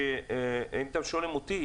אם אתם שואלים אותי,